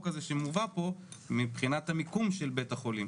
הזה שמובא פה מבחינת המיקום של בית החולים,